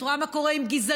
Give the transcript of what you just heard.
את רואה מה קורה עם גזענות,